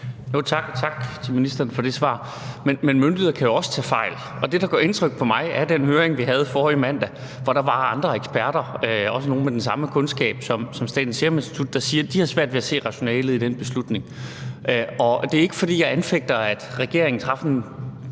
Tak til ministeren for det svar. Men myndigheder kan jo også tage fejl, og det, der gør indtryk på mig, er den høring, som vi havde forrige mandag, hvor der var andre eksperter, også nogle med den samme kundskab som Statens Serum Institut, som siger, at de har svært ved at se rationalet i den beslutning. Og det er ikke, fordi jeg anfægter, at regeringen traf en